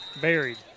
Buried